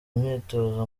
myitozo